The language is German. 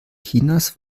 chinas